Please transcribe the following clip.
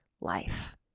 life